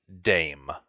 Dame